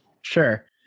Sure